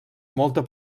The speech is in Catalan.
molta